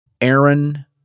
Aaron